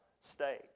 state